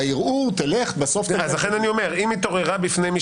בערעור תלך --- אז לכן אני אומר: אם התעוררה בפני מי